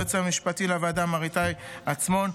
ליועץ המשפטי לוועדה מר איתי עצמון.